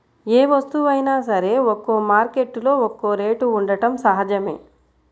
ఏ వస్తువైనా సరే ఒక్కో మార్కెట్టులో ఒక్కో రేటు ఉండటం సహజమే